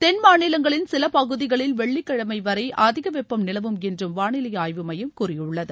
தென் மாநிலங்களின் சில பகுதிகளில் வெள்ளிக்கிழமை வரை அதிக வெப்பம் நிலவும் என்றும் வானிலை ஆய்வு மையம் கூறியுள்ளது